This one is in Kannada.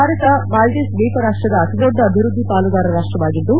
ಭಾರತ ಮಾಲ್ಡೀವ್ಗೆ ದ್ವೀಪ ರಾಷ್ಟದ ಅತಿದೊಡ್ಡ ಅಭಿವೃದ್ಧಿ ಪಾಲುದಾರ ರಾಷ್ಟವಾಗಿದ್ದು